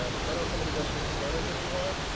um turn on some of the dev tools experiments if you want,